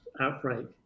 outbreak